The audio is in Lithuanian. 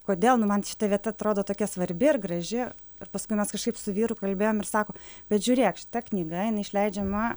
kodėl nu man šita vieta atrodo tokia svarbi ir graži ir paskui mes kažkaip su vyru kalbėjom ir sako bet žiūrėk šita knyga inai išleidžiama